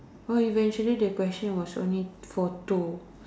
so eventually the question was only for two